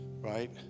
Right